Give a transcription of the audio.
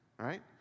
right